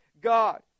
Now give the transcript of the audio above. God